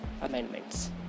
amendments